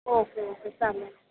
okay okay चालेल